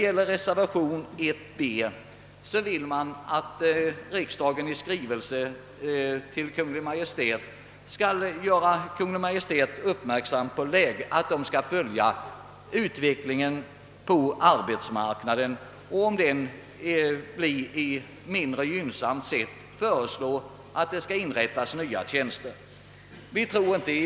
I reservation 1 b hemställes att riksdagen i skrivelse till Kungl. Maj:t gör Kungl. Maj:t uppmärksam på att utvecklingen på arbetsmarknaden bör följas och att-om denna blir mindre gynnsam nya tjänster bör inrättas.